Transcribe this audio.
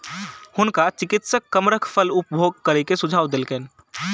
हुनका चिकित्सक कमरख फल उपभोग करै के सुझाव देलकैन